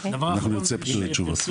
אנחנו נרצה תשובות.